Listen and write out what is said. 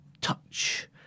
Touch